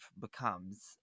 becomes